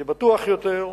אבל יהיה בטוח יותר,